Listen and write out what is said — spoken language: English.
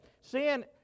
Sin